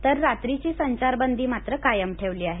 तर रात्रीची संचारबंदी मात्र कायम ठेवली आहे